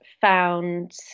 found